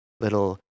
little